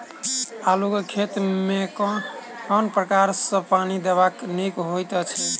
आलु केँ खेत मे केँ प्रकार सँ पानि देबाक नीक होइ छै?